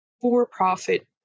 for-profit